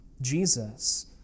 Jesus